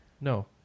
No